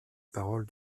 parole